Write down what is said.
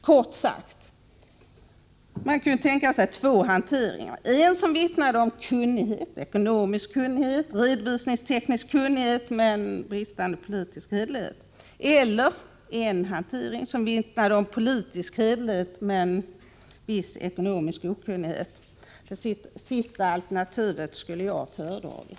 Kort sagt: Man kunde tänka sig två olika hanteringar — en som vittnade om ekonomisk och redovisningsteknisk kunnighet men bristande politisk hederlighet, eller en som vittnade om politisk hederlighet men viss ekonomisk okunnighet. Det sista alternativet skulle jag ha föredragit.